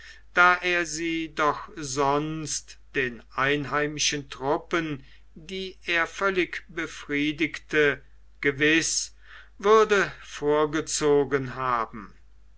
da er sie doch sonst den einheimischen truppen die er völlig befriedigte gewiß würde vorgezogen haben